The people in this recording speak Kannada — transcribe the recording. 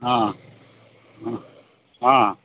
ಹಾಂ ಹ್ಞೂ ಹಾಂ